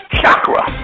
chakra